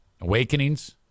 Awakenings